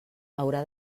haurà